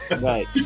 Right